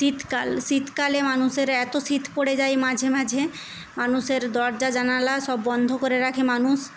শীতকাল শীতকালে মানুষের এত শীত পড়ে যায় মাঝে মাঝে মানুষের দরজা জানালা সব বন্ধ করে রাখে মানুষ